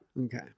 Okay